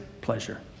pleasure